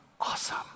awesome